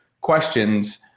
questions